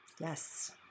Yes